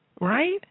Right